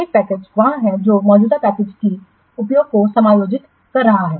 एक पैकेज वहाँ है जो मौजूदा पैकेज की उपयोग को समायोजित कर रहा है